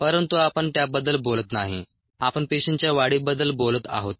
परंतु आपण त्याबद्दल बोलत नाही आपण पेशींच्या वाढीबद्दल बोलत आहोत